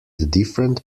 different